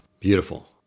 Beautiful